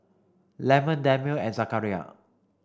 Leman Daniel and Zakaria